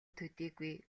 төдийгүй